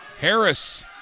Harris